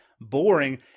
Boring